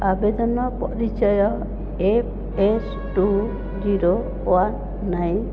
ଆବେଦନ ପରିଚୟ F S two zero one nine